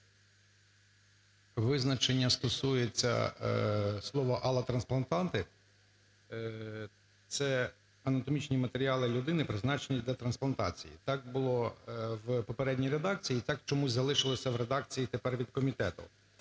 Визначення стосується слова "алотрансплантанти" – це анатомічні матеріали людини, призначені для трансплантації. Так було в попередній редакції і так чомусь залишилось в редакції тепер від комітету.